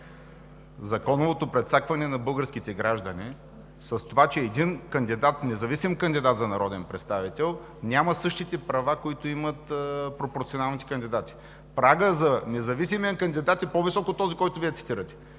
законовото прецакване на българските граждани с това, че един независим кандидат за народен представител няма същите права, които имат пропорционалните кандидати. Прагът за независимия кандидат е по-висок от този, който Вие цитирате.